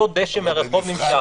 אותו דשא מהרחוב נמשך,